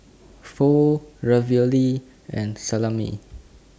Pho Ravioli and Salami